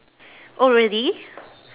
oh really